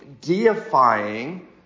deifying